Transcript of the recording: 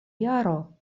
jaro